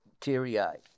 teary-eyed